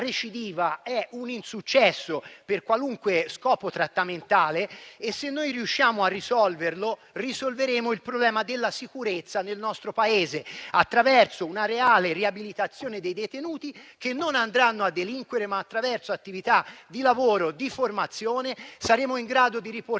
un insuccesso per qualunque scopo trattamentale e, se riusciamo a risolverlo, risolveremo il problema della sicurezza nel nostro Paese, attraverso una reale riabilitazione dei detenuti che non andranno a delinquere. Attraverso attività di lavoro e formazione saremo in grado di riportarli